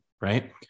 right